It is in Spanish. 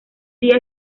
día